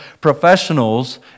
professionals